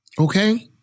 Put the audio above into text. okay